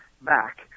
back